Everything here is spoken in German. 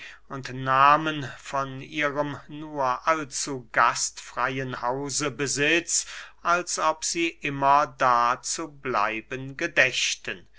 und nahmen von ihrem nur allzu gastfreyen hause besitz als ob sie immer da zu bleiben gedächten